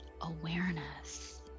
awareness